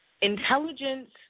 Intelligence